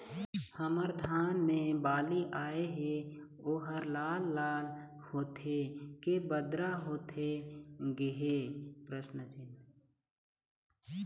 हमर धान मे बाली आए हे ओहर लाल लाल होथे के बदरा होथे गे हे?